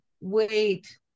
Wait